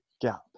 gap